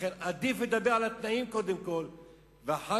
לכן עדיף לדבר קודם כול על התנאים ואחר